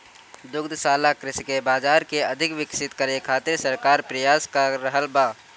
दुग्धशाला कृषि के बाजार के अधिक विकसित करे खातिर सरकार प्रयास क रहल बा